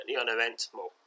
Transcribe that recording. uneventful